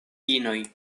inoj